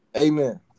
Amen